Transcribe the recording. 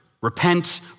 Repent